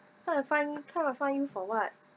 try to find him for what